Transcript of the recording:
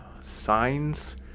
signs